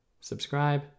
subscribe